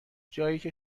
جاییکه